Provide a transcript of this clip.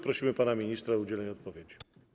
Prosimy pana ministra o udzielenie odpowiedzi.